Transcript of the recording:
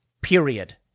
period